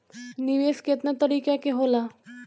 निवेस केतना तरीका के होला?